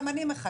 גם אני מחכה.